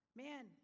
man